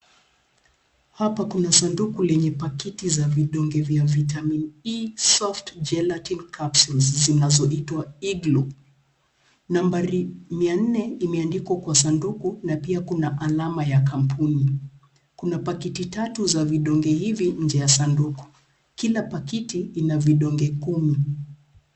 Hapa kuna saduku lenye pakiti za vidonge vya vitamin E soft Gelatin Capsules , zinazoitwa Eglow . Nambari mia nne imeandikwa kwa sanduku na pia kuna alama ya kampuni. Kuna pakiti tatu za vidonge hivi nje ya sanduku. Kila pakiti ina vidonge kumi.